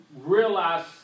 realize